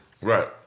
Right